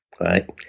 right